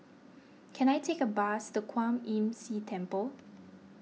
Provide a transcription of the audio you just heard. can I take a bus to Kwan Imm See Temple